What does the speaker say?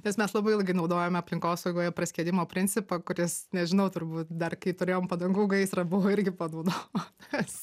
nes mes labai ilgai naudojame aplinkosaugoje praskiedimo principą kuris nežinau turbūt dar kai turėjom padangų gaisrą buvo irgi panaudotas